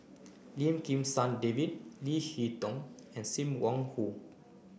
Lim Kim San David Leo Hee Tong and Sim Wong Hoo